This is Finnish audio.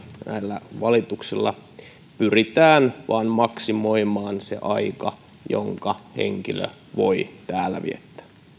näillä valituksilla nimenomaan pyritään vain maksimoimaan se aika jonka henkilö voi täällä viettää